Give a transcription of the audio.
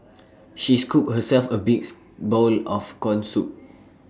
she scooped herself A big is bowl of Corn Soup